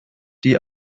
die